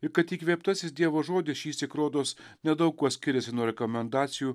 ir kad įkvėptasis dievo žodis šįsyk rodos nedaug kuo skiriasi nuo rekomendacijų